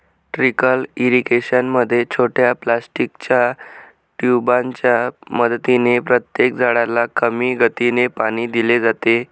trickle irrigation मध्ये छोट्या प्लास्टिकच्या ट्यूबांच्या मदतीने प्रत्येक झाडाला कमी गतीने पाणी दिले जाते